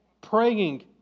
praying